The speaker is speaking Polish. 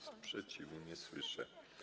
Sprzeciwu nie słyszę.